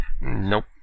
Nope